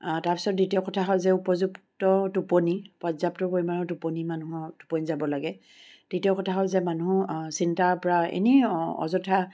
তাৰপিছত দ্বিতীয় কথা হ'ল যে উপযুক্ত টোপনি পৰ্যাপ্ত পৰিমাণৰ টোপনি মানুহৰ টোপনি যাব লাগে তৃতীয় কথা হ'ল যে মানুহ চিন্তাৰ পৰা এনেই অযথা